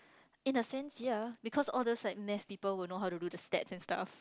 in a sense ya because all those like maths people will know how to do the stats and stuff